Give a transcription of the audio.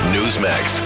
Newsmax